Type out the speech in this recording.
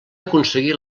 aconseguir